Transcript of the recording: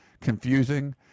confusing